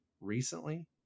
recently